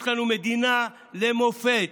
יש לנו מדינה למופת.